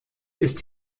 ist